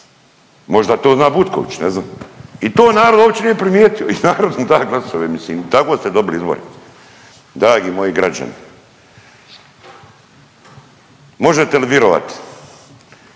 Možda to zna Butković, ne znam. I to narod uopće nije primijetio i narod mu da glasove, mislim, tako ste dobili izbore. Dragi moji građani… Možete li virovat